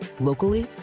locally